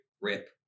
rip